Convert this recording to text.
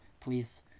please